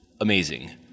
amazing